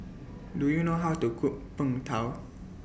Do YOU know How to Cook Png Tao